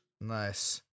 Nice